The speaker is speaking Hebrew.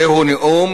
זהו נאום